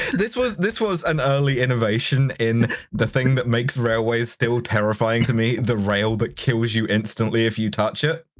this was this was an early innovation in the thing that makes railways still terrifying to me, the rail that kills you instantly if you touch it.